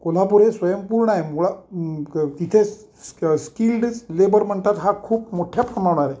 कोल्हापूर हे स्वयंपूर्ण आहे मुळात ईथे स् स्किल्ड लेबर म्हणतात हा खूप मोठ्या प्रमाणा वर आहे